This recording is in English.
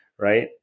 right